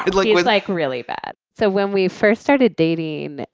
it like it was like really bad. so when we first started dating,